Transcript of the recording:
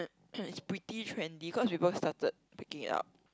it's pretty trendy cause we both started picking it up